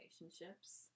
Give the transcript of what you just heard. relationships